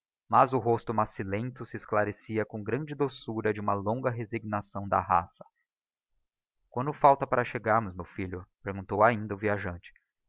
mas o rosto macillenlo se esclarecia com a grande doçura de uma longa resignação de raça quanto falta para chegarmos meu filho perguntou ainda o viajante